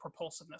propulsiveness